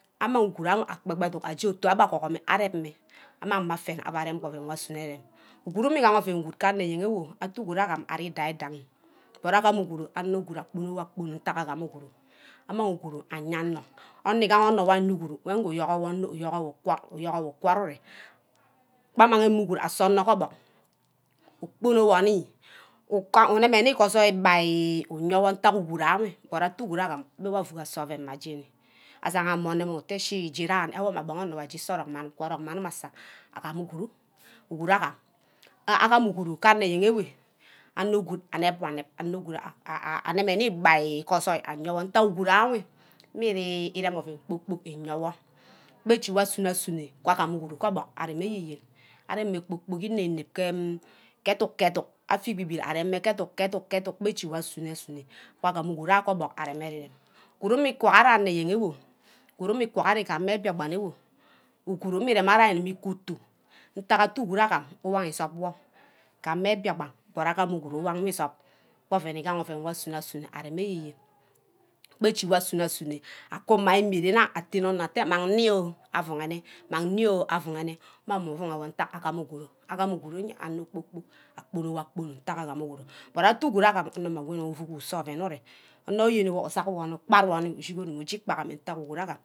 . amag uguru akpebaduk aje ofu abagohome arema amang mme afene auarem mme oven wo asunne arem uguru mmigana ke anayewo atte uguru agam aree idangi idangi but agam uguru ano gud aponowopono intack agam uguru amag uguru aye onor onor igah wo aye uguru nguyuk owor nno iyuk owo quack ire kpa amag uguru asor onor ke orbuck ukponowo ini uneme nni ke saw kpaiiugowo ke ntak uguru awe but atte uguru agam abe wo auug ase mme oven mma jani asamme onor utte siiii awo mme abong onor were ashi soorock mme anim wan orock mme anim wan orock mme anim asa uguru agam aagam guru ke anne yen ewe onor good anep wo nep ano gud anne ini piaye kenintaek uguru awe ameri rem ouun porpok iyowo ichi ichi wo asuunno asunno wor agam uguru ke orbung areme eyeyen arem mme porpok inem inem ke edug edug afibibi erem mme ke edugkeedug ke edug ber eshi wor asunno wor agama uguru ereme ere rem uguru mme kwong ari anayen ewo uguru mme kwong ari ke mme biakpan owo uguru mme rem-ari ineme utu ntack atte uguru agam uwang ngusup wor ka mme biakpan but agam uguru uwang wi subby mbakk ouen igaha ouen wo asuno asuno akuma imeren atene onor ate mmang ini ooh avu orne umang meh uvuroowor ntack agam uguru agam uguru abe mpo por agbornowo agborno ntack agam uguru but atte uguru agam onor mma gony wo ivuk wor ise mme ouen ure onor uyeni wor usack wor ni ushini ije ikpack ha me.